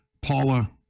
paula